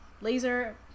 laser